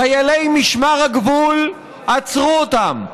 חיילי משמר הגבול עצרו אותם,